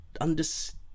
understand